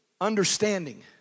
understanding